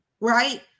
right